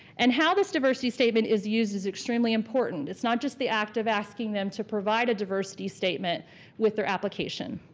and how this diversity statement is used is extremely important. it's not just the act of asking them to provide a diversity statement with their application.